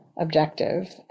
objective